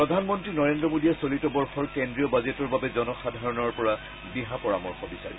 প্ৰধানমন্ত্ৰী নৰেন্দ্ৰ মোদীয়ে চলিত বৰ্ষৰ কেন্দ্ৰীয় বাজেটৰ বাবে জনসাধাৰণৰ পৰা দিহা পৰামৰ্শ বিচাৰিছে